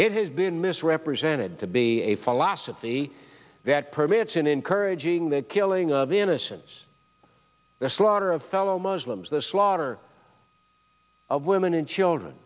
it has been misrepresented to be a philosophy that permits in encouraging the killing of innocents the slaughter of fellow muslims the slaughter of women and children